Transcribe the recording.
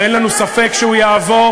ואין לנו ספק שהוא יעבור.